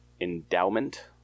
Endowment